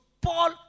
Paul